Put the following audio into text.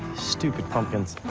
stupid pumpkins.